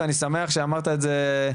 ואני שמח שאמרת את זה,